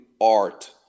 art